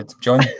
John